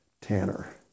Tanner